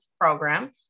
program